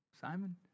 Simon